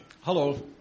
Hello